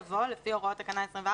יבוא "לפי הוראות תקנה 24,